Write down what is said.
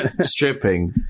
Stripping